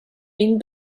been